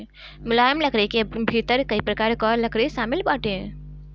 मुलायम लकड़ी के भीतर कई प्रकार कअ लकड़ी शामिल बाटे